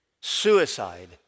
Suicide